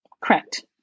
Correct